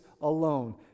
alone